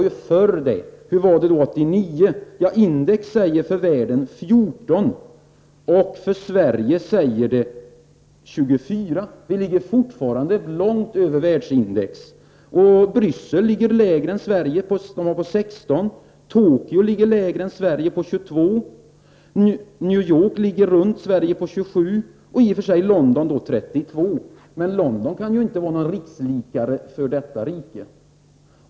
Hur var det då 1989? Index säger för världen 14 och för Sverige 24. Sverige ligger fortfarande långt över världsindex. Bryssel ligger lägre än Sverige, på 16. Tokyo ligger lägre än Sverige, på 22. New York ligger ungefär lika med Sverige, på 27. I och för sig är siffran för London 32, men London kan ju inte vara någon rikslikare för oss.